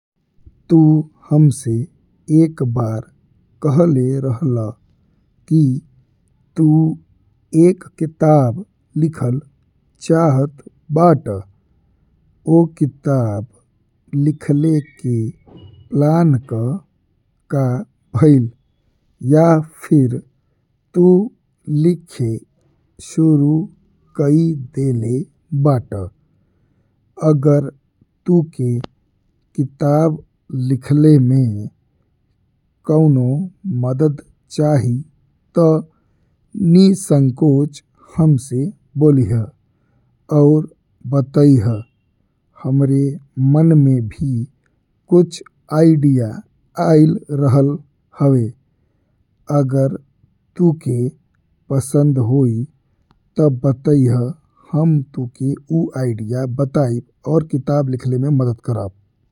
तु हमसे एक बार कहले रहला कि तु एक किताब लिखल चाहत बाड़ा। वो किताब लिखले के प्लान का का भइल या फिर तु लिखे शुरू कई देले बाड़ा। अगर तुके किताब लिखले में कऊनो मदद चाही ता निसंकोच हमसे बोलीहा अउर बतिहा हमरे मन में भी कुछ आइडिया आइल रहल। हवे अगर तुके पसंद होई ता बताइहा हम तुके ऊ आइडिया बताइब और किताब लिखले में मदद करब।